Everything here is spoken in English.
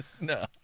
No